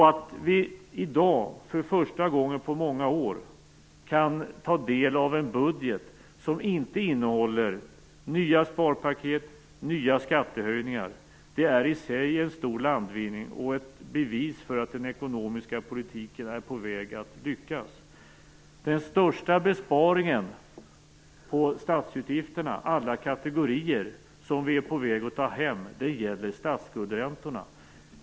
Att vi i dag för första gången på många år kan ta del av en budget som inte innehåller nya sparpaket och nya skattehöjningar är i sig en stor landvinning och ett bevis för att den ekonomiska politiken är på väg att lyckas. Den största besparingen på statsutgifterna, alla kategorier, som vi är på väg att ta hem gäller statsskuldräntorna.